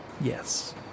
Yes